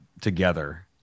together